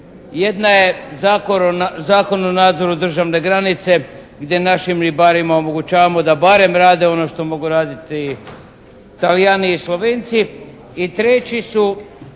jedna je Zakon o nadzoru državne granice gdje našim ribarima omogućavamo da barem rade ono što mogu raditi Talijani i Slovenci